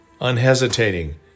unhesitating